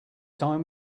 time